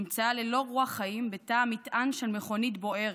נמצאה ללא רוח חיים בתא מטען של מכונית בוערת.